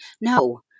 No